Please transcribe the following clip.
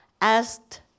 asked